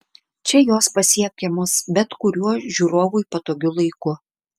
čia jos pasiekiamos bet kuriuo žiūrovui patogiu laiku